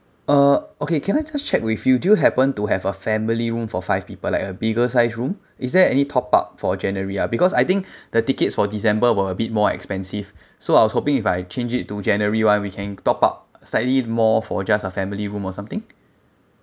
uh okay can I just check with you do you happen to have a family room for five people like a bigger size room is there any top up for january ah because I think the tickets for december were a bit more expensive so I was hoping if I change it to january one we can top up slightly more for just a family room or something